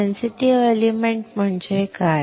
sensitive element म्हणजे काय